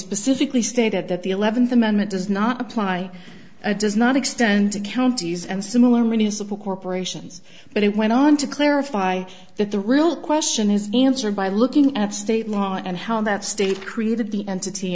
specifically stated that the eleventh amendment does not apply does not extend to counties and similar municipal corporations but it went on to clarify that the real question is answered by looking at state law and how that state created the entity